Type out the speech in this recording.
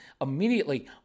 immediately